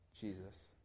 Jesus